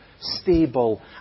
stable